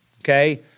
Okay